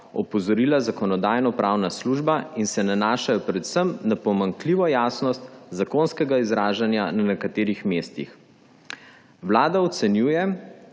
opozorila Zakonodajno-pravna služba in se nanašajo predvsem na pomanjkljivo jasnost zakonskega izražanja na nekaterih mestih. Vlada ocenjuje,